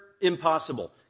impossible